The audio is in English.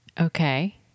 Okay